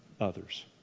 others